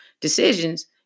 decisions